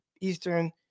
Eastern